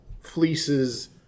fleeces